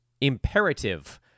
imperative